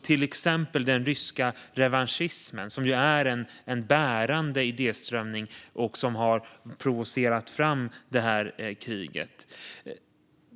Till exempel är den ryska revanschismen en bärande idéströmning som har provocerat fram detta krig.